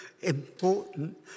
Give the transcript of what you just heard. important